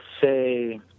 say